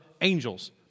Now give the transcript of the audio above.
angels